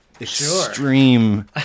extreme